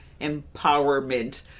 empowerment